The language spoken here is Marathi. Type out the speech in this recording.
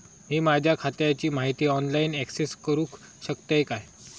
मी माझ्या खात्याची माहिती ऑनलाईन अक्सेस करूक शकतय काय?